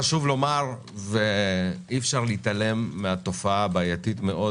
חשוב לומר שאי אפשר להתעלם מהתופעה הבעייתית מאוד